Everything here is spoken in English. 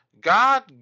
God